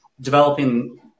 developing